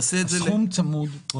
הסכום צמוד.